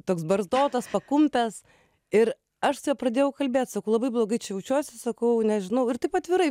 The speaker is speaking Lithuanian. toks barzdotas pakumpęs ir aš pradėjau kalbėt sakau labai blogai čia jaučiuosi sakau nežinau ir taip atvirai